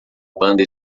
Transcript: banda